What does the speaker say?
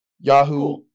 Yahoo